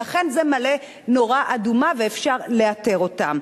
ולכן, זה מעלה נורה אדומה ואפשר לאתר אותם.